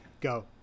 Go